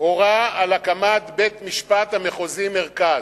על הקמת בית-משפט מחוזי מרכז.